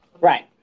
Right